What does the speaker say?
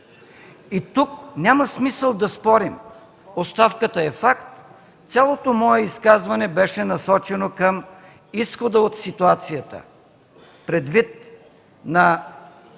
Тук няма смисъл да спорим. Оставката е факт. Цялото мое изказване беше насочено към изхода от ситуацията, предвид на